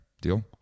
Deal